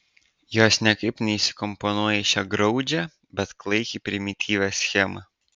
jos niekaip neįsikomponuoja į šią graudžią bet klaikiai primityvią schemą